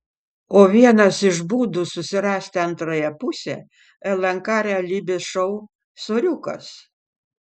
o vienas iš būdų susirasti antrąją pusę lnk realybės šou soriukas